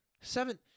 seven